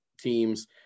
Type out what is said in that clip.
teams